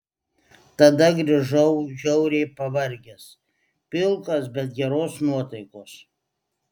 tada grįžau žiauriai pavargęs pilkas bet geros nuotaikos